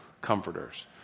comforters